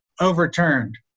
overturned